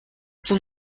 sind